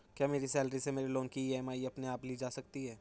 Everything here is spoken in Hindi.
क्या मेरी सैलरी से मेरे लोंन की ई.एम.आई अपने आप ली जा सकती है?